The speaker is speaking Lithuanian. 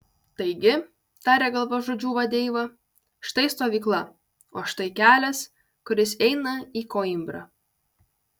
taigi tarė galvažudžių vadeiva štai stovykla o štai kelias kuris eina į koimbrą